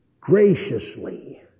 graciously